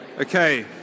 Okay